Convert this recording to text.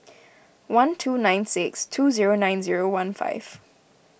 one two nine six two zero nine zero one five